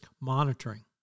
monitoring